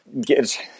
get